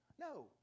No